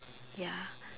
ya